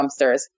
dumpsters